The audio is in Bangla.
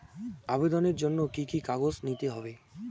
আবেদনের জন্য কি কি কাগজ নিতে হবে?